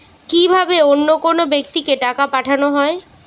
কি ভাবে অন্য কোনো ব্যাক্তিকে টাকা পাঠানো হয়?